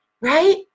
right